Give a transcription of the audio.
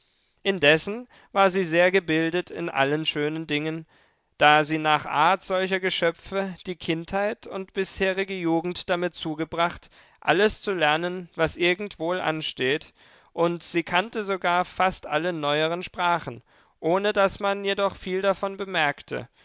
indessen war sie sehr gebildet in allen schönen dingen da sie nach art solcher geschöpfe die kindheit und bisherige jugend damit zugebracht alles zu lernen was irgend wohl ansteht und sie kannte sogar fast alle neueren sprachen ohne daß man jedoch viel davon bemerkte